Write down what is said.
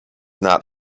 not